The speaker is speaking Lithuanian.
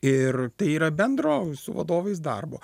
ir tai yra bendro su vadovais darbo